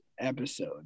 episode